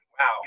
Wow